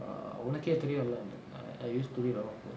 err உனக்கே தெரியுல:unakkae theriyula I used to read a lot of books